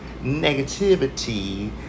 negativity